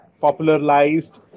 popularized